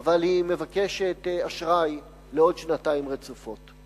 אבל היא מבקשת אשראי לעוד שנתיים רצופות.